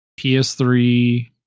PS3